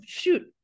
shoot